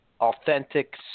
authentic